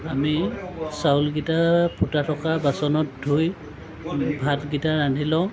আমি চাউলকেইটা ফুটা থকা বাচনত ধুই ভাতকেইটা ৰান্ধি লওঁ